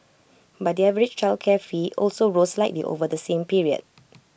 but the average childcare fee also rose slightly over the same period